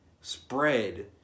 spread